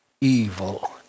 evil